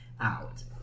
out